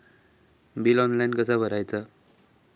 Bill online कसा भरायचा?